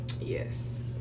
yes